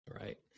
Right